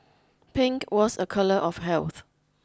pink was a colour of health